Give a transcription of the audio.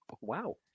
Wow